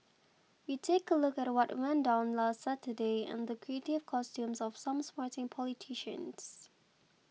we take a look at what went down last Saturday and the creative costumes of some sporting politicians